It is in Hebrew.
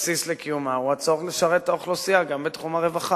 והבסיס לקיומה הוא הצורך לשרת את האוכלוסייה גם בתחום הרווחה.